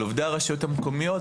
על עובדי הרשויות המקומיות,